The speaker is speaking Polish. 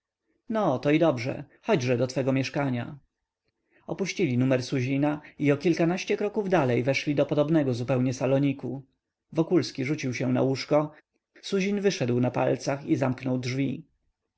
no to i dobrze chodźże do twego mieszkania opuścili numer suzina i o kilkanaście kroków dalej weszli do podobnego zupełnie saloniku wokulski rzucił się na łóżko suzin wyszedł na palcach i zamknął drzwi